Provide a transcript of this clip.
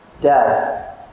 Death